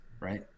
Right